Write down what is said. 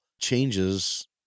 changes